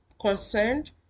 concerned